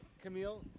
Camille